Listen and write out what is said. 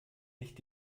nicht